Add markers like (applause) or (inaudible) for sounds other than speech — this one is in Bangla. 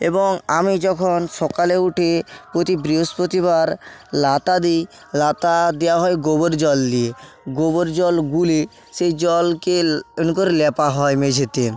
এবং আমি যখন সকালে উঠে প্রতি বৃহস্পতিবার ন্যাতা দিই ন্যাতা দেওয়া হয় গোবর জল দিয়ে গোবর জল গুলে সেই জলকে ল (unintelligible) করে লেপা হয় মেঝেতে